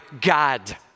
God